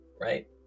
right